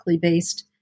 based